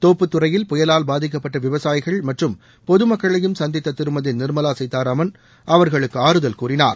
தோப்புத்துறையில் புயலால் பாதிக்கப்பட்டவிவசாயிகள் மற்றம் பொதுமக்களையும் சந்தித்ததிருமதிநிர்மலாசீதாராமன் அவர்களுக்குஆறுதல் கூறினார்